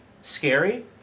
scary